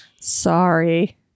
Sorry